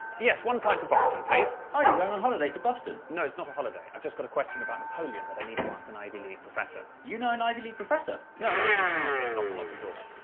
yes, one flight to boston please. oh, are you going on holiday to boston? no, it's not a holiday. i've just got a question about napoleon that i need to ask an ivy league professor. you know an ivy league professor? no, i'm just going to chance it and knock on lots of doors.